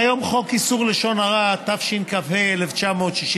כיום, חוק איסור לשון הרע, התשכ"ה 1965,